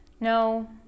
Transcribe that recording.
No